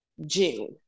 June